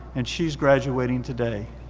and she's graduating today.